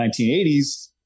1980s